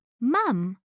Mum